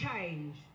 change